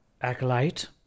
Acolyte